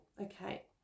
Okay